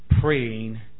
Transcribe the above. Praying